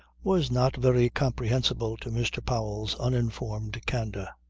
was not very comprehensible to mr. powell's uninformed candour.